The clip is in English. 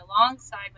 alongside